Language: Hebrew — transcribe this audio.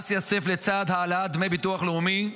מס יסף לצד העלאת דמי ביטוח לאומי,